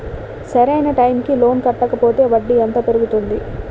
సరి అయినా టైం కి లోన్ కట్టకపోతే వడ్డీ ఎంత పెరుగుతుంది?